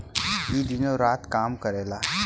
ई दिनो रात काम करेला